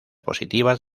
positivas